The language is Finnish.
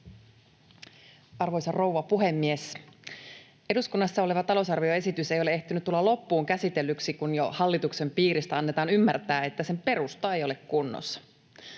Arvoisa rouva puhemies! Eduskunnassa oleva talousarvioesitys ei ole ehtinyt tulla loppuun käsitellyksi, kun jo hallituksen piiristä annetaan ymmärtää, että sen perusta ei ole kunnossa.